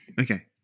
Okay